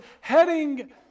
heading